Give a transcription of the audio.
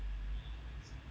E league stuff